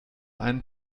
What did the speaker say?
einen